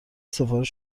سفارش